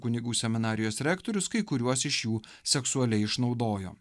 kunigų seminarijos rektorius kai kuriuos iš jų seksualiai išnaudojo